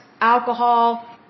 alcohol